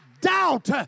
doubt